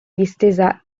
distesa